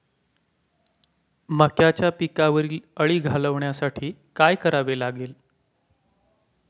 मक्याच्या पिकावरील अळी घालवण्यासाठी काय करावे लागेल?